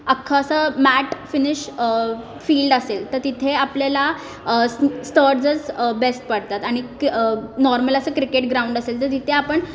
अख्खं असं matte finish field असेल तर तिथे आपल्याला स स्टड्सच बेस्ट पडतात आणि कि नॉर्मल असं क्रिकेट ग्राउंड असेल तर तिथे आपण